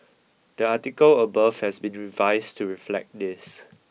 the article above has been revised to reflect this